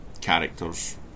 characters